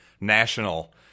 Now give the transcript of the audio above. national